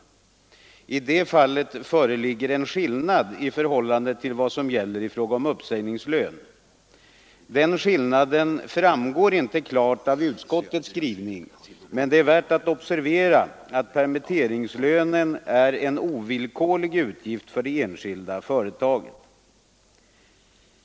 I det fallet föreligger en skillnad i förhållande till vad som gäller i fråga om uppsägningslön. Den skillnaden framgår inte klart av utskottets skrivning, men det är värt att observera att permitteringslönen är en ovillkorlig utgift för det enskilda företaget.